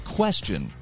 question